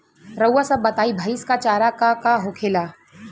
रउआ सभ बताई भईस क चारा का का होखेला?